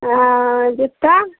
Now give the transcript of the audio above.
हँ जूता